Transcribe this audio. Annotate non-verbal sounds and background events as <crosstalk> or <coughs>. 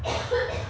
<coughs>